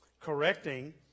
Correcting